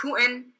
Putin